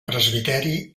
presbiteri